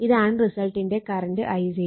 ഇതാണ് resultant current I0